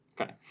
Okay